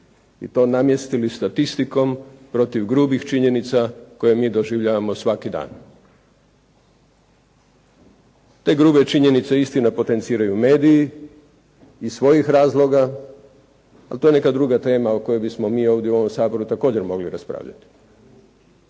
i to namjestili statistikom protiv grubih činjenica koje mi doživljavamo svaki dan. Te grube činjenice istina potenciraju mediji iz svojih razloga, ali to je neka druga tema o kojoj bismo mi ovdje u ovom Saboru također mogli raspravljati.